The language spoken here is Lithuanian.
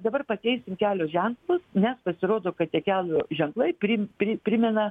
dabar pakeisim kelio ženklus nes pasirodo kad tie kelio ženklai prim pri primena